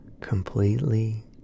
completely